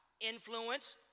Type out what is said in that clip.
influence